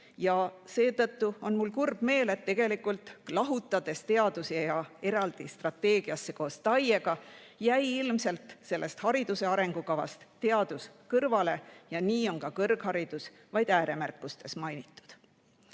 Seetõttu on mul kurb meel, et tegelikult, kui teadus lahutati eraldi strateegiasse koos TAIE‑ga, jäi teadus ilmselt sellest hariduse arengukavast kõrvale ja nii on ka kõrgharidust vaid ääremärkustes mainitud.